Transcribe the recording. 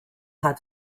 had